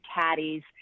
caddies